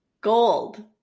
Gold